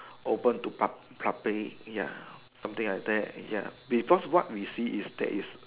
open to pub~ public ya something like that ya because what we see is there is